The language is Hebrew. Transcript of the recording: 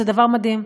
זה דבר מדהים.